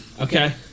Okay